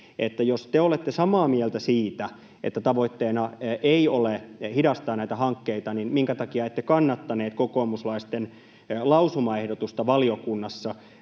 jos te olette samaa mieltä siitä, että tavoitteena ei ole hidastaa näitä hankkeita, niin minkä takia ette kannattaneet valiokunnassa kokoomuslaisten lausumaehdotusta, jossa